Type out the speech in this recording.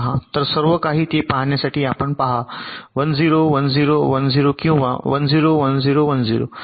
तर सर्व काही ते पहाण्यासाठी आपण पहा 1 0 1 0 1 0 किंवा 1 0 1 0 1 0